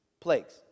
plagues